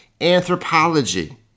anthropology